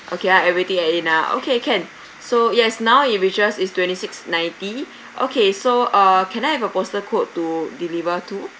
okay ah everything add in ah okay can so yes now it reaches it's twenty six ninety okay so uh can I have a poster code to deliver to